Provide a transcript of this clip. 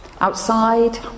Outside